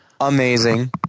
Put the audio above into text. amazing